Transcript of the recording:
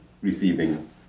receiving